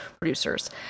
producers